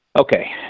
Okay